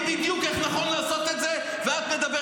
--- "את התקלה",